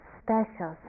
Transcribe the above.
special